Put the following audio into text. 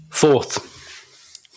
fourth